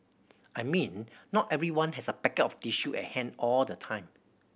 I mean not everyone has a packet of tissue at hand all the time